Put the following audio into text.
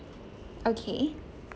okay